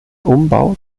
umbau